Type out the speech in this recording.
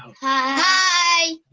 hi.